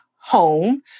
home